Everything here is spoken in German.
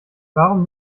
warum